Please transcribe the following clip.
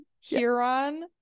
Huron